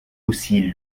aussi